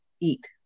eat